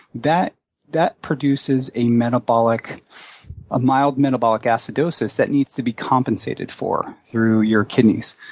that that produces a metabolic a mild metabolic acidosis that needs to be compensated for through your kidneys.